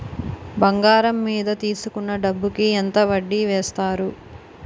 బంగారం మీద తీసుకున్న డబ్బు కి ఎంత వడ్డీ వేస్తారు?